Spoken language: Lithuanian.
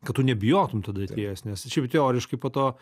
kad tu nebijotum tada atėjęs nes šiaip teoriškai po to